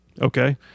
Okay